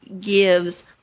gives